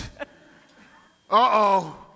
Uh-oh